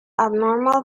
abnormal